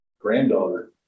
granddaughter